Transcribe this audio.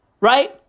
Right